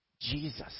Jesus